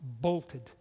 bolted